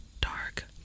dark